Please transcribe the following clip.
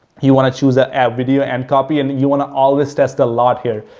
you want to choose the ad video and copy and you want to always test a lot here.